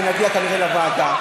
ונגיע כרגע לוועדה,